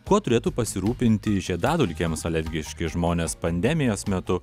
kuo turėtų pasirūpinti žiedadulkėms alergiški žmonės pandemijos metu